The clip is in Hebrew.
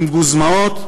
עם גוזמאות,